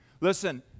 Listen